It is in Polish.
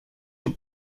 się